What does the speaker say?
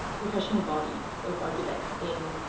professional body of architects in